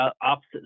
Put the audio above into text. opposite